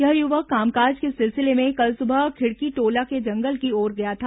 यह युवक कामकाज के सिलसिले में कल सुबह खिड़कीटोला के जंगल की ओर गया था